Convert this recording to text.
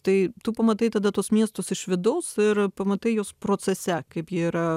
tai tu pamatai tada tuos miestus iš vidaus ir pamatai juos procese kaip jie yra